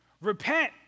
Repent